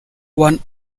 one